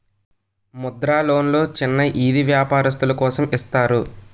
ముద్ర లోన్లు చిన్న ఈది వ్యాపారస్తులు కోసం ఇస్తారు